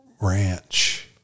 Ranch